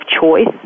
choice